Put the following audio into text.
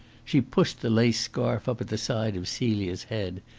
she pushed the lace scarf up at the side of celia's head.